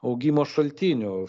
augimo šaltinių